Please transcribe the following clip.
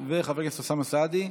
וחבר הכנסת אוסאמה סעדי.